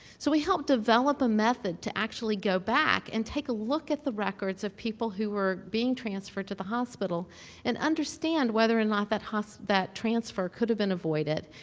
so, we helped develop a method to actually go back and take a look at the records of people who were being transferred to the hospital and understand whether or not that ah so that transfer could have been avoided.